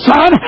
Son